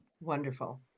wonderful